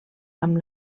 amb